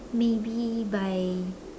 maybe by